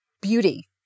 beauty